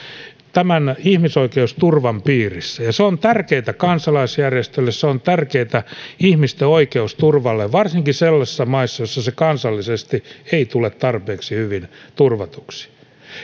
tämän ihmisoikeusturvan piirissä ja se on tärkeätä kansalaisjärjestöille se on tärkeätä ihmisten oikeusturvalle varsinkin sellaisissa maissa joissa se kansallisesti ei tule tarpeeksi hyvin turvatuksi